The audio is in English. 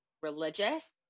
religious